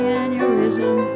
aneurysm